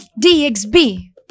DXB